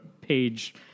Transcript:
page